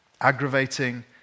aggravating